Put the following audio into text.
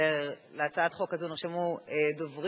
להצעת החוק הזאת נרשמו דוברים.